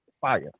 fire